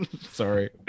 Sorry